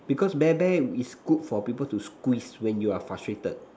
because bear bear is good for people to squeeze when you are frustrated